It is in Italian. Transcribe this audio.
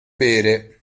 bere